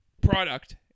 product